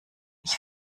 ich